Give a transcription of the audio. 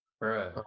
right